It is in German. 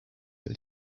gilt